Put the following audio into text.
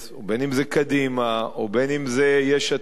ובין שזה קדימה או בין שזה יש עתיד,